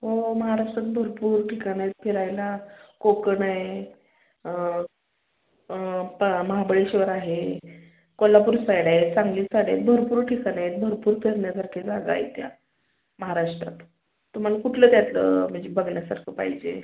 हो महाराष्ट्रात भरपूर ठिकाणं आहेत फिरायला कोकण आहे प महाबळेश्वर आहे कोल्लापूर साईड आहे सांगली साईड आहे भरपूर ठिकाणं आहेत भरपूर फिरण्यासारख्या जागा आहेत्या महाराष्ट्रात तुम्हाला कुठलं त्यातलं म्हणजे बघण्यासारखं पाहिजे